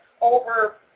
over